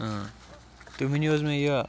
اۭں تُہۍ ؤنِو حٕظ مےٚ یہِ